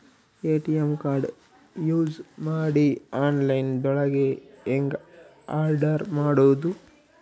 ATM card use ಮಾಡಿ online ದೊಳಗೆ ಹೆಂಗ್ ಆರ್ಡರ್ ಮಾಡುದು?